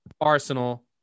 Arsenal